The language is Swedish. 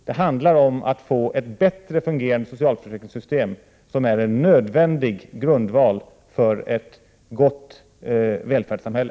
Det handlar om att få ett bättre fungerande socialförsäkringssystem som är en nödvändig grundval för ett gott välfärdssamhälle.